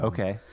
Okay